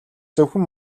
зөвхөн